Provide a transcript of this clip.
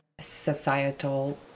societal